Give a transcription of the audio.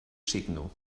signo